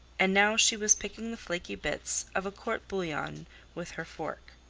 and now she was picking the flaky bits of a court bouillon with her fork.